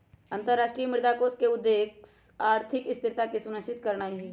अंतरराष्ट्रीय मुद्रा कोष के उद्देश्य आर्थिक स्थिरता के सुनिश्चित करनाइ हइ